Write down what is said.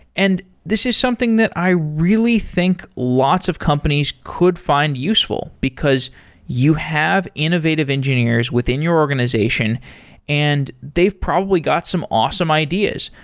and this is something that i really think lots of companies could find useful, because you have innovative engineers within your organization and they've probably got some awesome ideas.